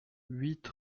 huit